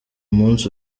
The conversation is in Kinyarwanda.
munsi